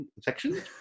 section